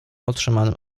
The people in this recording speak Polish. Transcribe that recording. otrzymanym